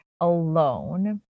alone